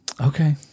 Okay